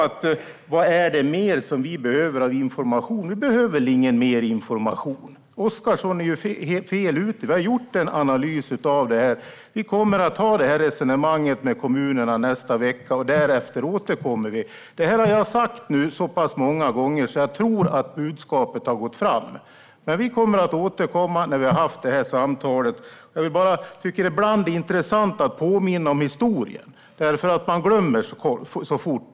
Vad är det mer vi behöver av information? Vi behöver ingen mer information! Oscarsson är helt fel ute. Vi har gjort en analys av frågan. Vi kommer att ta resonemanget med kommunerna nästa vecka, och därefter återkommer vi. Det här har jag sagt nu så pass många gånger att jag tror att budskapet har gått fram. Vi kommer att återkomma när vi har haft samtalet. Det är ibland intressant att påminna om historien. Man glömmer så fort.